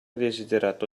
desiderato